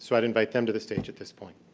so i'd invite them to the stage at this point.